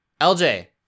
LJ